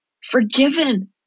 forgiven